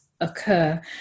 occur